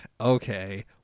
okay